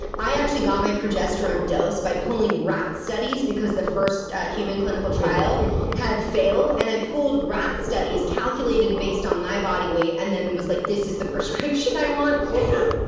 i actually got my progesterone dose, by pulling rat studies because the first human clinical trial had failed. and i pulled rat studies, calculated based on my body weight, and i was like, this is the prescription i want. what we're.